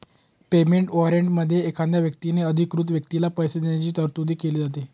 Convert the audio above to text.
payment वॉरंटमध्ये एखाद्या व्यक्तीने अधिकृत व्यक्तीला पैसे देण्याची तरतूद केली जाते